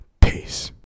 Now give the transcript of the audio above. Peace